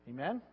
Amen